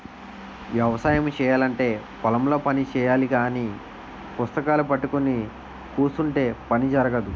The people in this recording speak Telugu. వ్యవసాయము చేయాలంటే పొలం లో పని చెయ్యాలగాని పుస్తకాలూ పట్టుకొని కుసుంటే పని జరగదు